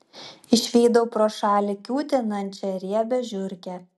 išvydau pro šalį kiūtinančią riebią žiurkę